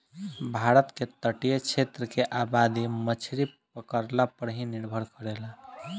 भारत के तटीय क्षेत्र के आबादी मछरी पकड़ला पर ही निर्भर करेला